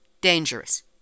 dangerous